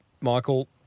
Michael